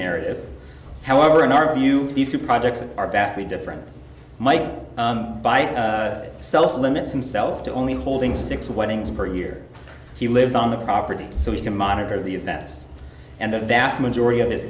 narrative however in our view these two projects are vastly different mike by self limits himself to only holding six weddings per year he lives on the property so he can monitor the events and the vast majority of his